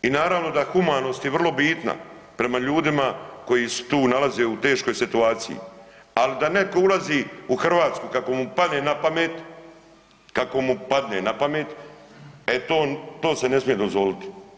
I naravno da je humanost vrlo bitna prema ljudima koji se tu nalaze u teškoj situaciji, ali da netko ulazi u Hrvatsku kako mu pane na pamet, kako mu padne na pamet, e to se ne smije dozvoliti.